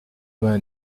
vingt